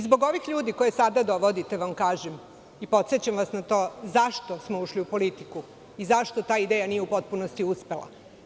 Zbog ovih ljudi koje sada dovodite vam kažem i podsećam vas na to, zašto smo ušli u politiku, i zašto ta ideja nije u potpunosti uspela?